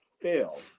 fail